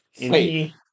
Wait